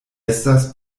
estas